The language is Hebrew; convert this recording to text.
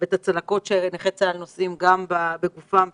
ואת הצלקות שנכי צה"ל נושאים בגופם ובנפשם.